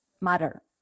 matter